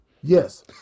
Yes